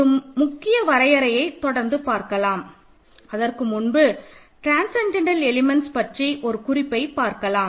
ஒரு முக்கிய வரையறையை தொடர்ந்து பார்க்கலாம் அதற்கு முன்பு ட்ரான்ஸசென்டென்டல் எலிமென்ட்ஸ் பற்றி ஒரு குறிப்பை பார்க்கலாம்